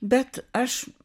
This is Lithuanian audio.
bet aš